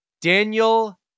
Daniel